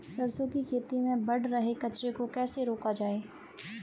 सरसों की खेती में बढ़ रहे कचरे को कैसे रोका जाए?